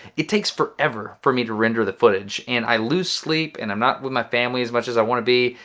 it takes forever for me to render the footage and i lose sleep and i'm not with my family as much as i want to be.